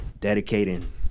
dedicating